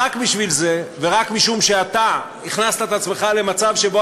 רק בשביל זה ורק משום שאתה הכנסת את עצמך למצב שבו